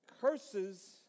Curses